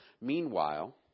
Meanwhile